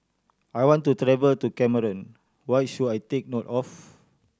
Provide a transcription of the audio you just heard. I want to travel to Cameroon what should I take note of